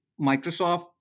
Microsoft